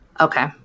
Okay